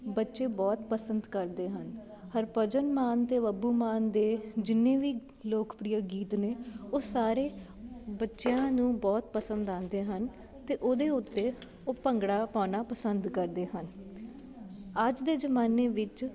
ਬੱਚੇ ਬਹੁਤ ਪਸੰਦ ਕਰਦੇ ਹਨ ਹਰਭਜਨ ਮਾਨ ਤੇ ਬੱਬੂ ਮਾਨ ਦੇ ਜਿੰਨੇ ਵੀ ਲੋਕ ਪ੍ਰਿਯ ਗੀਤ ਨੇ ਉਹ ਸਾਰੇ ਬੱਚਿਆਂ ਨੂੰ ਬਹੁਤ ਪਸੰਦ ਆਂਦੇ ਹਨ ਤੇ ਉਹਦੇ ਉੱਤੇ ਉਹ ਭੰਗੜਾ ਪਾਣਾ ਪਸੰਦ ਕਰਦੇ ਹਨ ਅੱਜ ਦੇ ਜਮਾਨੇ ਵਿੱਚ